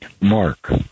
Mark